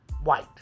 white